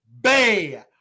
Bay